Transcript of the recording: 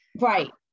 right